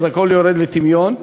הכול יורד לטמיון.